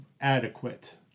adequate